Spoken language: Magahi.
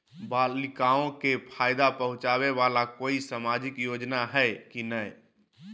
बालिकाओं के फ़ायदा पहुँचाबे वाला कोई सामाजिक योजना हइ की नय?